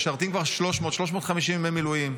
משרתים כבר 350 ימי מילואים,